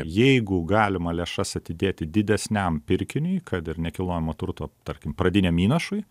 jeigu galima lėšas atidėti didesniam pirkiniui kad ir nekilnojamo turto tarkim pradiniam įnašui